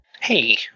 Hey